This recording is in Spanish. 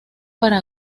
para